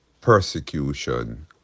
persecution